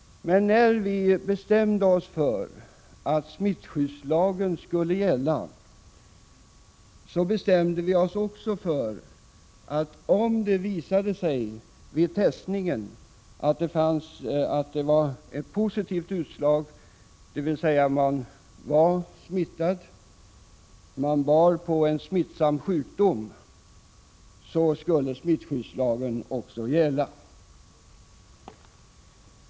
När vi bestämde oss för att smittskyddslagen skulle gälla, bestämde vi oss 7 också för att om testningen visade positivt utslag, dvs. att man var smittad och bar på en smittsam sjukdom, skulle smittskyddslagen gälla.